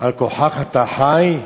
"על כורחך אתה חי,